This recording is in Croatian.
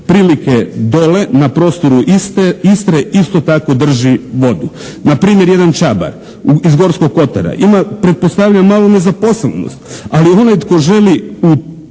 prilike dole na prostoru Istre isto tako drži vodu. Na primjer jedan Čabar iz Gorsko kotara ima pretpostavljam malu nezaposlenost ali onaj tko želi